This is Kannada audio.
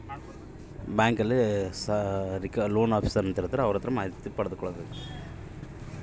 ಸಾಲ ಕಂತಿನ ವಿವರ ಬಗ್ಗೆ ಮಾಹಿತಿಗೆ ಯಾರ ಹತ್ರ ಮಾತಾಡಬೇಕು?